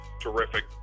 terrific